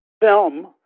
Film